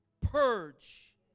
purge